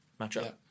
matchup